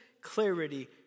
Clarity